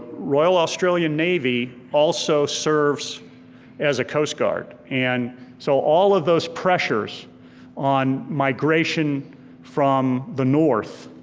royal australian navy also serves as a coast guard. and so all of those pressures on migration from the north